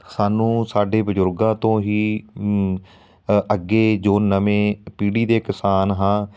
ਸਾਨੂੰ ਸਾਡੇ ਬਜ਼ੁਰਗਾਂ ਤੋਂ ਹੀ ਅੱਗੇ ਜੋ ਨਵੇਂ ਪੀੜ੍ਹੀ ਦੇ ਕਿਸਾਨ ਹਾਂ